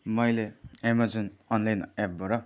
मैले Amazon online एपबाट